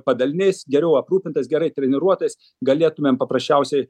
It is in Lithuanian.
padaliniais geriau aprūpintas gerai treniruotas galėtumėm paprasčiausiai